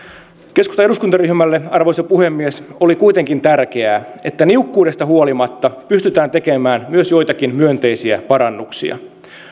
keskustan eduskuntaryhmälle arvoisa puhemies oli kuitenkin tärkeää että niukkuudesta huolimatta pystytään tekemään myös joitakin myönteisiä parannuksia